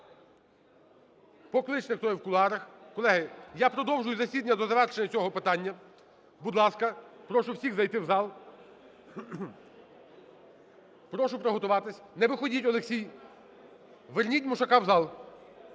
Покличте, хто в кулуарах. Колеги, я продовжую засідання до завершення цього питання. Будь ласка, прошу всіх зайти в зал, прошу приготуватись. Не виходіть, Олексій. Верніть Мушака в зал.